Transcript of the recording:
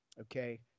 okay